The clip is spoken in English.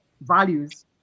values